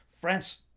France